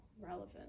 Relevant